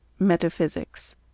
Metaphysics